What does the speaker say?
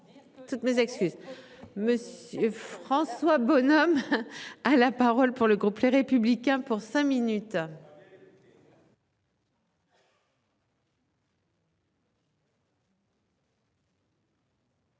Toutes mes excuses. Monsieur François Bonhomme. À la parole pour le groupe Les Républicains pour cinq minutes.